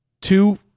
two